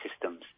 systems